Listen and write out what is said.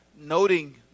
noting